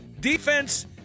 Defense